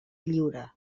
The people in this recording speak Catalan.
lliure